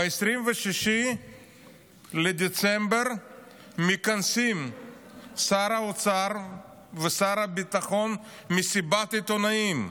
ב-26 בדצמבר מכנסים שר האוצר ושר הביטחון מסיבת עיתונאים,